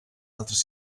altres